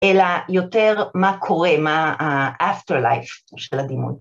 ‫אלא יותר מה קורה, ‫מה האפטר לייף של הדימוי.